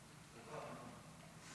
לך.